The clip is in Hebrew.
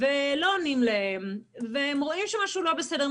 ולא עונים להם והם רואים שמשהו לא בסדר,